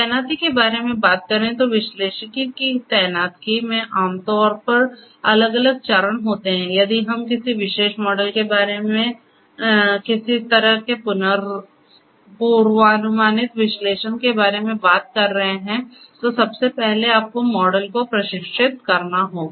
तैनाती के बारे में बात करें तो विश्लेषिकी की तैनाती में आमतौर पर अलग अलग चरण होते हैं यदि हम किसी विशेष मॉडल के बारे में किसी तरह के पूर्वानुमानित विश्लेषण के बारे में बात कर रहे हैं तो सबसे पहले आपको मॉडल को प्रशिक्षित करना होगा